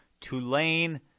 Tulane